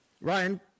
ryan